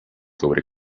sobre